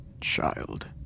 Child